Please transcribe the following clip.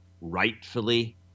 rightfully